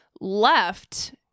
left